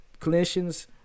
clinicians